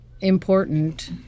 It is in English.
important